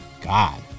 God